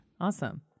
awesome